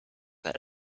that